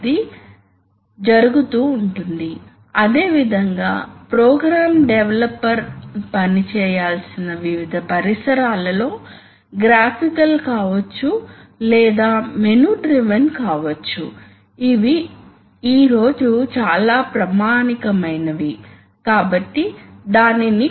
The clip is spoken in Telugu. ఇది ప్రారంభ PB కాబట్టి దీన్ని నొక్కండి మొదట్లో ఏమి జరుగుతుందో చూడండి ఇది పోర్ట్ దీనిఫై ప్రెజర్ వస్తే వాల్వ్ షిఫ్ట్ అయ్యి ఈ పొజిషన్ లో ఉంటుంది కాబట్టి ఈ పొజిషన్ లో కంట్రోల్ ప్రెజర్ ఫైనల్ లోడ్ కి వెళ్తుంది